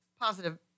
positive